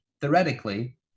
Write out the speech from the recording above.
theoretically